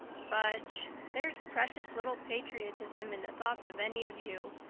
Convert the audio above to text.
fudge! there's precious little patriotism in the thoughts of any of you.